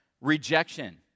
rejection